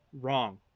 wrong